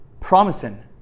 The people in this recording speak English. promising